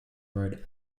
wrote